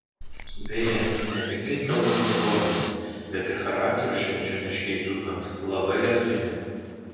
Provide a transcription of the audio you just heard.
beje ne tiktai kalbos formomis bet ir charakteriu švenčioniškiai dzūkams labai artimi